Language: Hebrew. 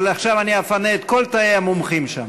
אבל עכשיו אני אפנה את כל תאי המומחים שם.